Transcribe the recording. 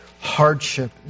hardship